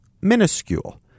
minuscule